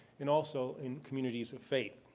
and also in communities of faith.